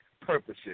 purposes